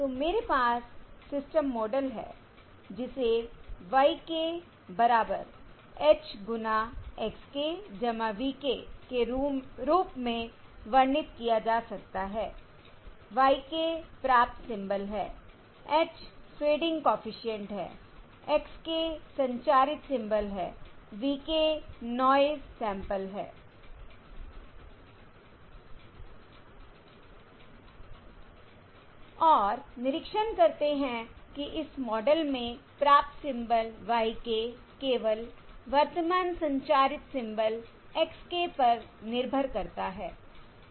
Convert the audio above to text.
तो मेरे पास सिस्टम मॉडल है जिसे y k बराबर h गुना x k v k के रूप में वर्णित किया जा सकता हैI y k प्राप्त सिंबल है h फेडिंग कॉफिशिएंट है x k संचारित सिंबल है v k नॉयस सैंपल हैI और निरीक्षण करते हैं कि इस मॉडल में प्राप्त सिंबल y k केवल वर्तमान संचारित सिंबल x k पर निर्भर करता है